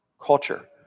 culture